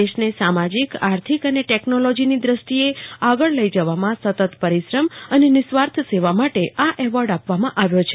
દેશને સામાજિક આર્થિક અને ટેકનોલોજીની દૃષ્ટિએ આગળ લઈ જવામાં સતત પરિશ્રમ અને નિઃસ્વાર્થ સેવા માટે આ એવોર્ડ આપવામાં આવ્યો છે